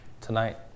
tonight